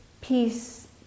peace